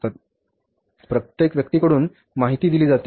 प्रत्येक व्यक्तीकडून माहिती दिली जाते